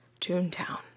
Toontown